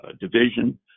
division